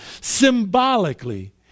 Symbolically